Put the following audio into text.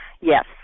Yes